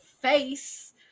face